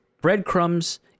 breadcrumbs